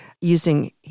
using